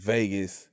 Vegas